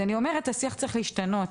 אז אני אומרת שהשיח צריך להשתנות,